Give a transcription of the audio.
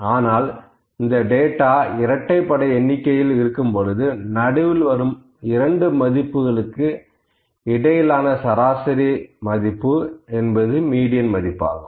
ஆனால் இந்த டேட்டா தொகுதி இரட்டை படை எண்ணிக்கையில் இருக்கும்பொழுது நடுவில் வரும் இரண்டு மதிப்புகளுக்கு இடையிலான சராசரி மதிப்பு மீடியன் மதிப்பு ஆகும்